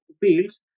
fields